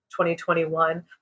2021